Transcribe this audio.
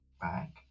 back